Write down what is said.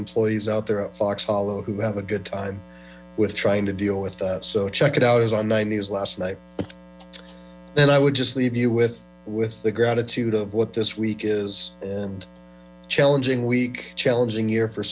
employees out there at fox hollow who have a good time with trying to deal with that so check it out on nine news last night then i would just leave you with with the gratitude of what this week is and challenging week challenging year for